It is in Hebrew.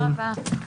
הישיבה ננעלה בשעה